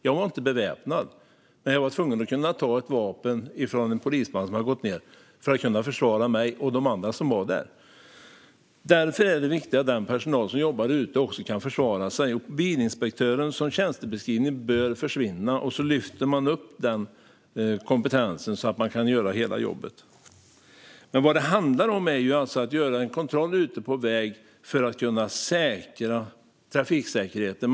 Jag var inte beväpnad, men jag var tvungen att kunna ta ett vapen från en polisman som hade gått ned för att kunna försvara mig och de andra som var där. Av detta skäl är det viktigt att den personal som jobbar ute också kan försvara sig. Bilinspektör som tjänstebeskrivning bör försvinna. I stället kan man lyfta upp denna kompetens så att man kan göra hela jobbet. Vad det handlar om är att göra en kontroll ute på väg för att kunna säkra trafiksäkerheten.